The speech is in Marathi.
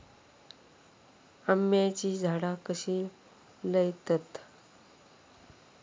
आम्याची झाडा कशी लयतत?